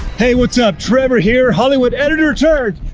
hey, what's up trevor here, hollywood editor turd,